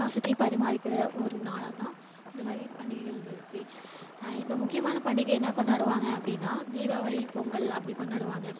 பாசத்தையும் பரிமாறிக்கிற ஒரு நாளாக தான் இந்த மாதிரி பண்டிகைகள் இருக்குது இப்போது முக்கியமான பண்டிகை என்ன கொண்டாடுவாங்க அப்படின்னால் தீபாவளி பொங்கல் அப்படி கொண்டாடுவாங்க